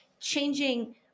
changing